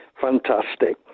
fantastic